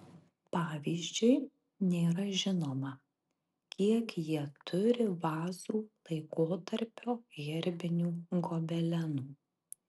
pavyzdžiui nėra žinoma kiek jie turi vazų laikotarpio herbinių gobelenų